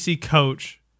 coach